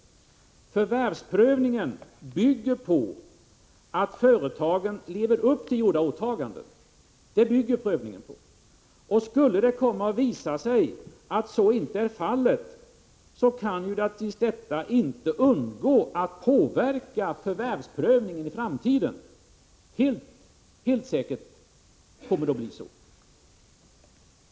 Förvärvsprövningen bygger på att företagen lever upp till gjorda åtaganden. Skulle det visa sig att så inte är fallet är det helt säkert att detta inte kan undgå att påverka förvärvsprövningen i framtiden.